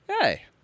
hey